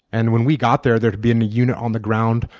and when we got there, there had been a unit on the ground,